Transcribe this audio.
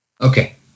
Okay